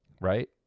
Right